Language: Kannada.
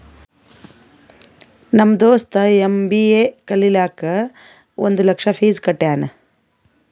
ನಮ್ ದೋಸ್ತ ಎಮ್.ಬಿ.ಎ ಕಲಿಲಾಕ್ ಒಂದ್ ಲಕ್ಷ ಫೀಸ್ ಕಟ್ಯಾನ್